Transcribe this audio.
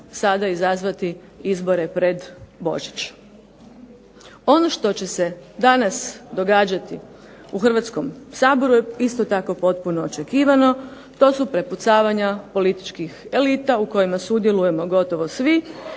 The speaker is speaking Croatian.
sada izazvati izbore pred Božić. Ono što će se danas događati u Hrvatskom saboru je isto tako potpuno očekivano, to su prepucavanja političkih elita u kojima sudjelujemo gotovo svi,